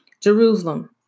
Jerusalem